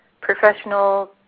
professional